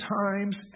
times